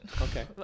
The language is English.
Okay